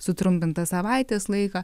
sutrumpintą savaitės laiką